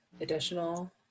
additional